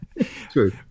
True